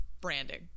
branding